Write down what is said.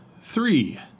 three